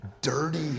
dirty